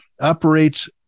operates